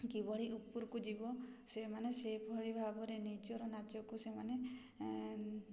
କିଭଳି ଉପରକୁ ଯିବ ସେମାନେ ସେଭଳି ଭାବରେ ନିଜର ନାଚକୁ ସେମାନେ